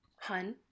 Hun